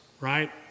right